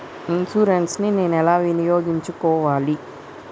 Insurance ని నేను ఎలా వినియోగించుకోవాలి?